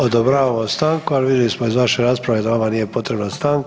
Odobravamo stanku, ali vidjeli smo iz vaše rasprave da vama nije potrebna stanka.